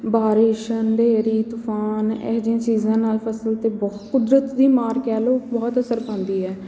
ਬਾਰਿਸ਼ ਹਨੇਰੀ ਤੂਫ਼ਾਨ ਇਹੋ ਜਿਹੀਆਂ ਚੀਜ਼ਾਂ ਨਾਲ ਫ਼ਸਲ 'ਤੇ ਬਹੁਤ ਕੁਦਰਤ ਦੀ ਮਾਰ ਕਹਿ ਲਉ ਬਹੁਤ ਅਸਰ ਪਾਉਂਦੀ ਹੈ